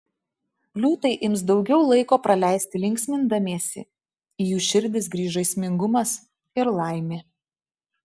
liūtai ims daugiau laiko praleisti linksmindamiesi į jų širdis grįš žaismingumas ir laimė